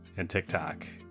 and tiktok.